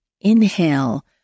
Inhale